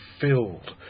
filled